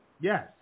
Yes